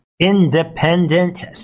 Independent